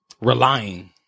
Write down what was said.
relying